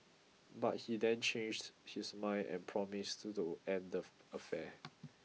but he then changed his mind and promised to end of affair